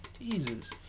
Jesus